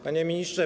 Panie Ministrze!